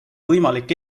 võimalik